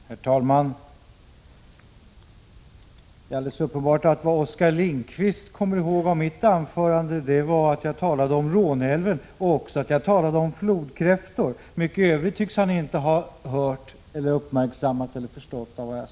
Herr talman! Det är alldeles uppenbart att vad Oskar Lindkvist kommer 26 november 1986 ihåg av mitt anförande är att jag talade om Råneälven och att jag talade Om — In jo mm huchållnino flodkräftor. Men i övrigt tycks han inte ha hört eller uppmärksammat eller förstått vad jag sade.